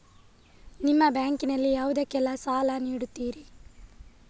ನಿಮ್ಮ ಬ್ಯಾಂಕ್ ನಲ್ಲಿ ಯಾವುದೇಲ್ಲಕ್ಕೆ ಸಾಲ ನೀಡುತ್ತಿರಿ?